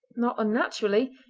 not unnaturally,